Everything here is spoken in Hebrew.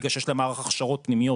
כיוון שיש להם מערך שעות פנימיות,